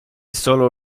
solo